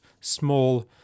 small